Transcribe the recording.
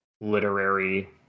literary